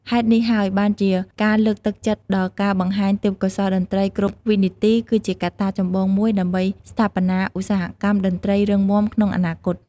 ហេតុនេះហើយបានជា ការលើកទឹកចិត្តដល់ការបង្ហាញទេពកោសល្យតន្ត្រីគ្រប់វិនាទីគឺជាកត្តាចម្បងមួយដើម្បីស្ថាបនាឧស្សាហកម្មតន្ត្រីរឹងមាំក្នុងអនាគត។